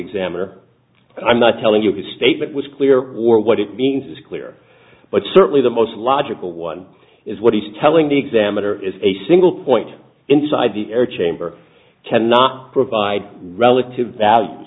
examiner i'm not telling you his statement was clear or what it means is clear but certainly the most logical one is what he's telling the examiner is a single point inside the air chamber cannot provide relative value